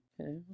okay